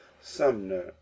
sumner